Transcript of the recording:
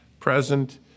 present